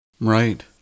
Right